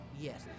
Yes